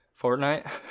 Fortnite